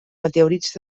meteorits